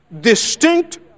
distinct